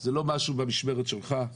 זה לא משהו במשמרת שלך.